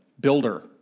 builder